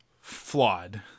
flawed